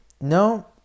no